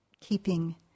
keeping